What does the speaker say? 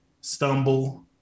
stumble